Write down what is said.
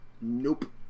Nope